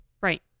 Right